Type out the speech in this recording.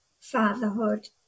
fatherhood